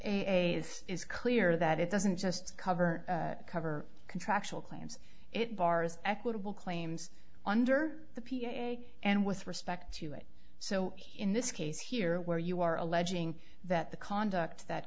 s is clear that it doesn't just cover cover contractual claims it bars equitable claims under the p a a and with respect to it so in this case here where you are alleging that the conduct that